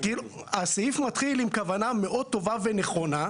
הסעיף מתחיל עם כוונה מאוד טובה ונכונה,